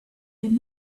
had